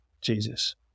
Jesus